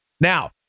Now